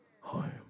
home